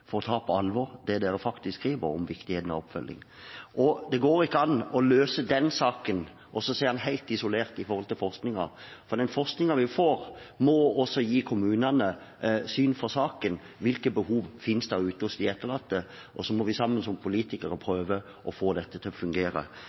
for å ta på alvor det dere faktisk skriver om viktigheten av oppfølging. Det går ikke an å løse denne saken og se den helt isolert fra forskningen, for den forskningen vi får, må også gi kommunene syn for saken: Hvilke behov finnes der ute hos de etterlatte? Og så må vi sammen som politikere prøve å få dette til å fungere.